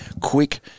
quick